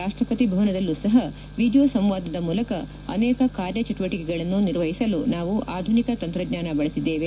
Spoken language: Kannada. ರಾಷ್ಷಪತಿ ಭವನದಲ್ಲೂ ಸಪ ವಿಡಿಯೋ ಸಂವಾದದ ಮೂಲಕ ಅನೇಕ ಕಾರ್ಯ ಚಟುವಟಿಕೆಗಳನ್ನು ನಿರ್ವಹಿಸಲು ನಾವು ಆಧುನಿಕ ತಂತ್ರಜ್ಞಾನ ಬಳಸಿದ್ದೇವೆ